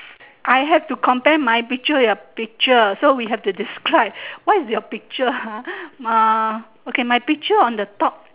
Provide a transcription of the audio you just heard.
I have to compare my picture with your picture so we have to describe what is your picture ha ah okay my picture on the top